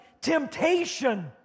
temptation